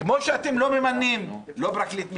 כמו שאתם לא ממנים, לא פרקליט מדינה,